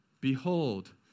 Behold